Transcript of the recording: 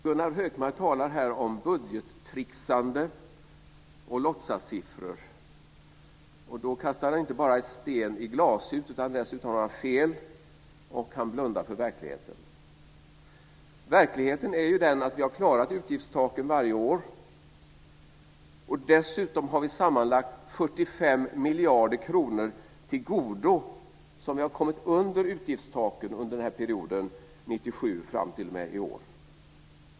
Gunnar Hökmark talar här om budgettricksande och låtsassiffror. Då kastar han inte bara sten i glashus, utan han har dessutom fel och han blundar för verkligheten. Verkligheten är den att vi har klarat utgiftstaken varje år. Dessutom har vi sammanlagt 45 miljarder kronor till godo, som vi har kommit under utgiftstaken med under perioden 1997 fram till i år.